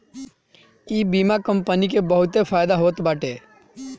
इ बीमा कंपनी के बहुते फायदा होत बाटे